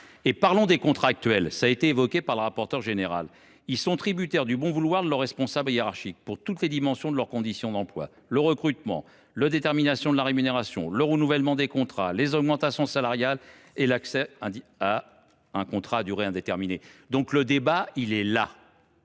de l’État. Les contractuels, évoqués par le rapporteur, sont tributaires du bon vouloir de leur responsable hiérarchique pour toutes les dimensions de leurs conditions d’emploi : le recrutement, la détermination de la rémunération, le renouvellement des contrats, les augmentations salariales et l’accès à un contrat à durée indéterminée. C’est là qu’est le